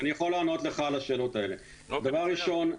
אני יכול לענות לך על השאלות האלה דבר ראשון,